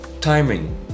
timing